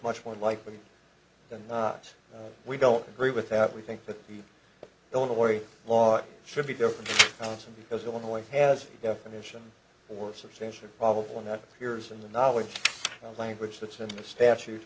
much more likely than not we don't agree with that we think that the illinois law should be different counts and because illinois has definition or substantially probable not peers in the knowledge of language that's in the statu